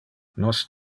nos